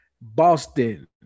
Boston